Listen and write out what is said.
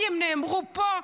כי הם נאמרו פה,